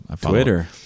Twitter